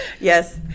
Yes